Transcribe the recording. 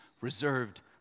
reserved